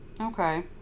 Okay